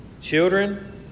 Children